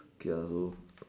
okay lah so